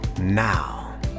now